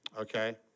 Okay